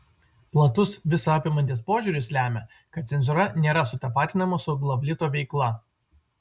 platus visa apimantis požiūris lemia kad cenzūra nėra sutapatinama su glavlito veikla